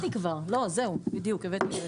לא, הבאתי יועץ.